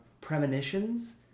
premonitions